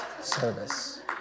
service